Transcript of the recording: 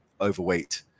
overweight